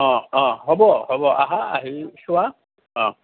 অঁ অঁ হ'ব হ'ব আহা আহি চোৱা অঁ